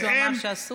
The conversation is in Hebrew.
מישהו אמר שאסור?